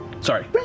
Sorry